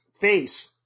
face